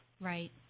Right